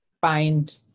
find